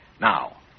Now